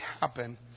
happen